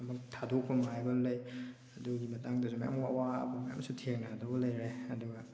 ꯑꯃꯨꯛ ꯊꯥꯗꯣꯛꯐꯝ ꯍꯥꯏꯕ ꯑꯃ ꯂꯩ ꯑꯗꯨꯒꯤ ꯃꯇꯥꯡꯗꯁꯨ ꯃꯌꯥꯝ ꯑꯋꯥꯕ ꯃꯌꯥꯝ ꯑꯃꯁꯨ ꯊꯦꯡꯅꯗꯧꯕ ꯂꯩꯔꯦ ꯑꯗꯨꯒ